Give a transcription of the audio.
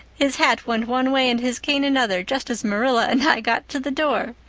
his hat went one way and his cane another, just as marilla and i got to the door.